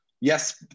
Yes